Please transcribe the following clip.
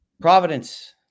Providence